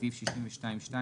בסעיף 62(2),